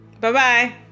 bye-bye